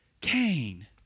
Cain